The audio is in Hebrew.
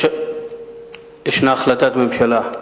יש החלטת ממשלה,